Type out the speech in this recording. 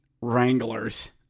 Wranglers